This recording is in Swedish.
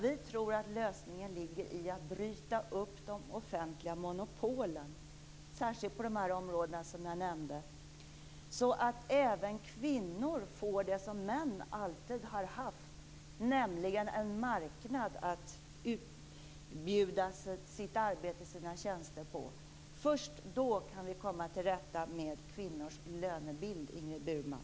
Vi tror att lösningen ligger i att man bryter upp de offentliga monopolen, särskilt på de områden som jag nämnde, så att även kvinnor får det som män alltid har haft - nämligen en marknad att bjuda ut sina tjänster på. Först då kan vi komma till rätta med kvinnors lönebild, Ingrid Burman.